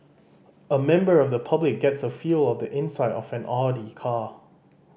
a member of the public gets a feel of the inside of an Audi car